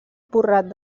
porrat